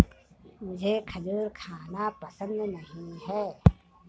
मुझें खजूर खाना पसंद नहीं है